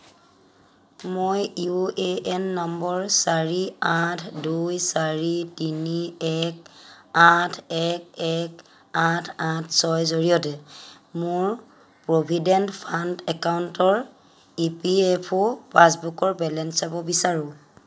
মই U A N নম্বৰ চাৰি আঠ দুই চাৰি তিনি এক আঠ এক এক আঠ আঠ ছয়ৰ জৰিয়তে মোৰ প্ৰভিডেণ্ট ফাণ্ড একাউণ্টৰ ই পি এফ অ' পাছবুকৰ বেলেঞ্চ চাব বিচাৰোঁ